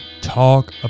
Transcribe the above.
talk